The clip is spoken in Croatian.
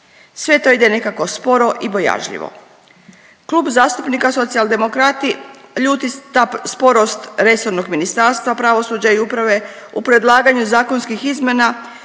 sve to ide nekako sporo i bojažljivo. Klub zastupnika Socijaldemokrati ljuti ta sporost resornog Ministarstva pravosuđa i uprave u predlaganju zakonskih izmjena